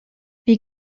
wie